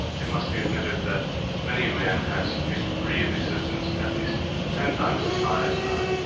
it must be admitted that many a man has a degree of existence at least ten times as high as another